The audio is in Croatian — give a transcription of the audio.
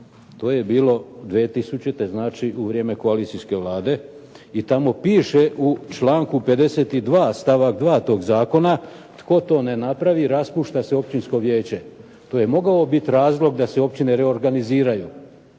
to je bilo 2000. znači u vrijeme koalicijske vlade i tamo piše u članku 52. stavak 2. zakona, tko to ne napravi raspušta se općinsko vijeće. To je mogao biti razlog da se uopće ne reorganiziraju.